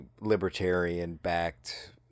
libertarian-backed